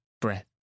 breath